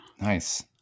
Nice